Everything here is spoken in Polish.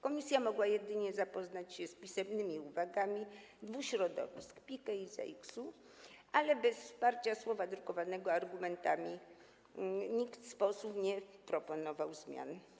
Komisja mogła jedynie zapoznać się z pisemnymi uwagami dwu środowisk: PIKE i ZAiKS-u, ale bez wsparcia słowa drukowanego argumentami nikt z posłów nie proponował zmian.